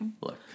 Look